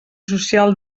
social